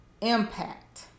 impact